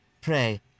pray